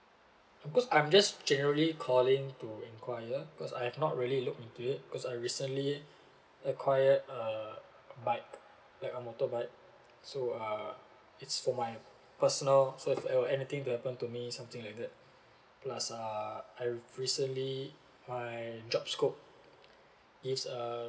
because I'm just generally calling to enquire because I have not really look into it because I recently acquired uh a bike like a motorbike so uh it's for my personal so if ever anything to happen to me something like that plus uh I re~ recently my job scope is a